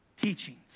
teachings